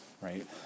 right